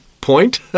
point